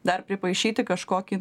dar pripaišyti kažkokį